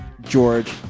George